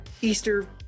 Easter